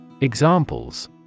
Examples